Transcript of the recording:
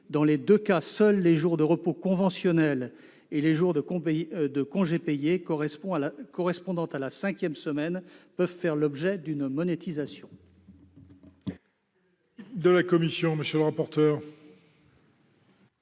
Dans les deux cas, seuls les jours de repos conventionnels et les jours de congés payés correspondant à la cinquième semaine peuvent faire l'objet d'une monétisation.